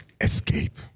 escape